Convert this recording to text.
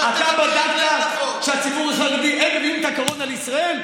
אתה בדקת שהציבור החרדי הם מביאים את הקורונה לישראל?